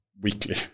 weekly